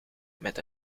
met